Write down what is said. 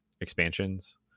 expansions